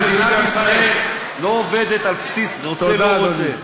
מדינת ישראל לא עובדת על בסיס רוצה, לא רוצה.